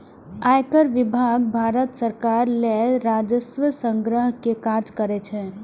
आयकर विभाग भारत सरकार लेल राजस्व संग्रह के काज करै छै